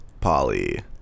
Polly